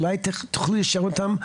אולי תוכלי לשאול אותם,